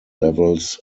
levels